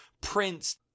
prince